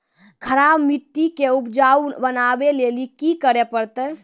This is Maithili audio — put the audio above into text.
खराब मिट्टी के उपजाऊ बनावे लेली की करे परतै?